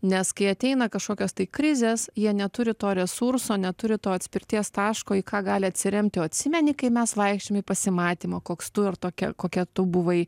nes kai ateina kažkokios tai krizės jie neturi to resurso neturi to atspirties taško į ką gali atsiremti o atsimeni kai mes vaikščiojom į pasimatymą koks tu ir tokia kokia tu buvai